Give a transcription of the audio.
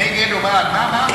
נגד או בעד?